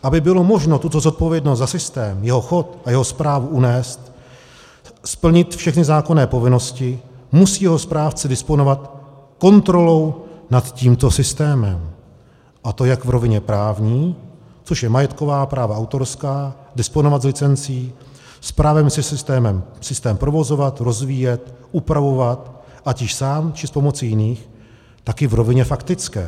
Aby bylo možno tuto zodpovědnost za systém, jeho chod a jeho správu unést, splnit všechny zákonné povinnosti, musí jeho správce disponovat kontrolou nad tímto systémem, a to jak v rovině právní což jsou majetková práva autorská, disponovat s licencí, s právem systém provozovat, rozvíjet, upravovat, ať již sám, či s pomocí jiných tak i v rovině faktické.